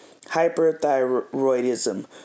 hyperthyroidism